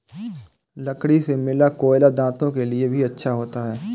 लकड़ी से मिला कोयला दांतों के लिए भी अच्छा होता है